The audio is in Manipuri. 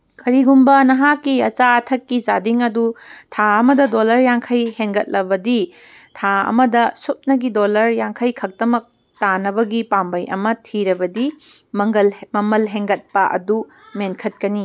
ꯀꯔꯤꯒꯨꯝꯕ ꯅꯍꯥꯛꯀꯤ ꯑꯆꯥ ꯑꯊꯛꯀꯤ ꯆꯥꯗꯤꯡ ꯑꯗꯨ ꯊꯥ ꯑꯃꯗ ꯗꯣꯂꯔ ꯌꯥꯡꯈꯩ ꯍꯦꯡꯒꯠꯂꯕꯗꯤ ꯊꯥ ꯑꯃꯗ ꯁꯨꯞꯅꯒꯤ ꯗꯣꯂꯔ ꯌꯥꯡꯈꯩ ꯈꯛꯇꯃꯛ ꯇꯥꯅꯕꯒꯤ ꯄꯥꯝꯕꯩ ꯑꯃ ꯊꯤꯔꯕꯗꯤ ꯃꯃꯜ ꯍꯦꯡꯒꯠꯄ ꯑꯗꯨ ꯃꯦꯟꯈꯠꯀꯅꯤ